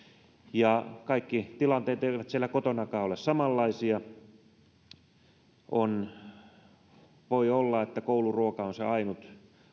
ja kaikki tilanteet eivät siellä kotonakaan ole samanlaisia voi olla että kouluruoka on se ainut